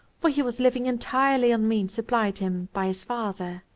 for he was living entirely on means supplied him by his father.